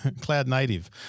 cloud-native